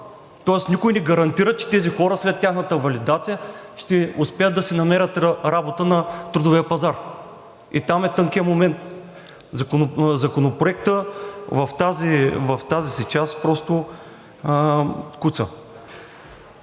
Тоест, никой не гарантира, че тези хора след тяхната валидация ще успеят да си намерят работа на трудовия пазар. Там е тънкият момент. Законопроектът в тази си част просто куца.